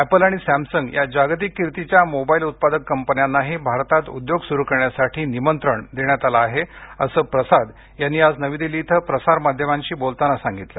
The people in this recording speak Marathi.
अॅपल आणि सॅमसंग या जागतिक कीर्तीच्या मोबाईल उत्पादक कंपन्यांनाही भारतात उद्योग सुरु करण्यासाठी निमंत्रण देण्यात आलं आहे असं प्रसाद यांनी आज नवी दिल्ली इथं प्रसारमाध्यमांशी बोलताना सांगितलं